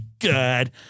good